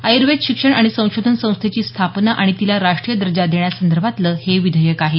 आयुर्वेद शिक्षण आंणि संशोधन संस्थेची स्थापना आणि तिला राष्ट्रीय दर्जा देण्यासंदर्भातलं हे विधेयक आहे